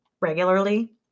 regularly